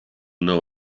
know